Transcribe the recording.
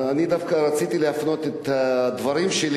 אני דווקא רציתי להפנות את הדברים שלי